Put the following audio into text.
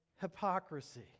hypocrisy